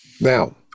Now